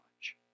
watch